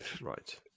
right